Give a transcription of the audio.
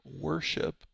worship